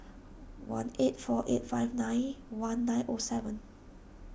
one eight four eight five nine one nine O seven